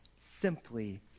Simply